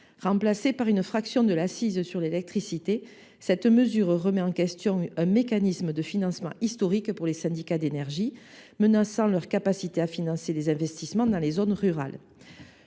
par une fraction de l’accise sur l’électricité, cette mesure remet en question un mécanisme de financement historique des syndicats d’énergie, menaçant leur capacité à financer les investissements dans les zones rurales.